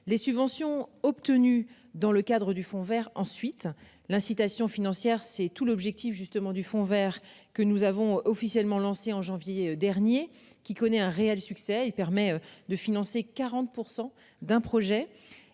les subventions obtenues dans le cadre du Fonds Vert ensuite l'incitation financière, c'est tout l'objectif justement du Fonds Vert que nous avons officiellement lancé en janvier dernier qui connaît un réel succès. Il permet de financer 40% d'un projet